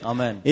Amen